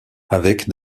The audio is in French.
avec